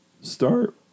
start